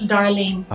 Darling